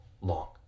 long